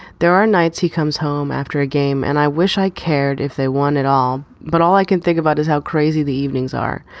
there are nights he comes home after a game, and i wish i cared if they won at all. but all i can think about is how crazy the evenings are,